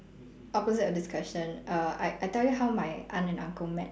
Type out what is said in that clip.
opposite of this question err I I tell you how my aunt and uncle met